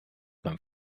beim